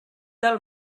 del